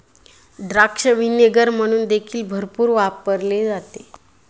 द्राक्ष व्हिनेगर म्हणून देखील भरपूर वापरले जाते